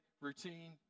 routine